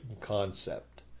concept